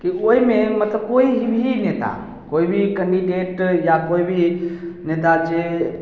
ओहिमे मतलब कोइ हिन्दी नेता कोइ भी कैंडिडेट या कोइ भी नेता जे